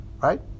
right